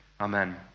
Amen